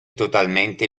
totalmente